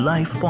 Life